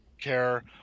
care